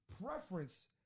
preference